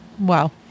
Wow